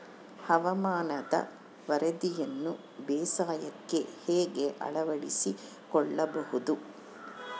ಹವಾಮಾನದ ವರದಿಯನ್ನು ಬೇಸಾಯಕ್ಕೆ ಹೇಗೆ ಅಳವಡಿಸಿಕೊಳ್ಳಬಹುದು?